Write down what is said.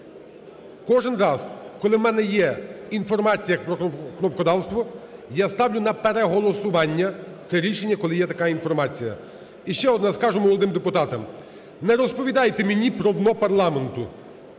кожен раз, коли в мене є інформація про кнопкодавство, я ставлю на переголосування це рішення, коли є така інформація. І ще одне, скажу молодим депутатам: не розповідайте мені про дно парламенту.